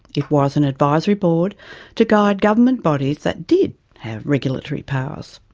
it was an advisory board to guide government bodies that did have regulatory powers.